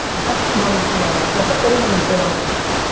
that's running through my mind. that's always been on my mind.